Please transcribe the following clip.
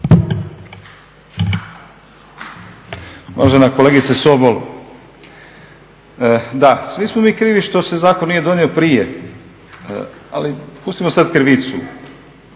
Uvažena kolegice Sobol, da, svi smo mi krivi što se zakon nije donio prije, ali pustimo sada krivicu,